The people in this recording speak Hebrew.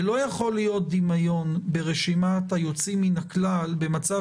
ולא יכול להיות דמיון ברשימת היוצאים מן הכלל במצב